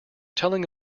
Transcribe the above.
telling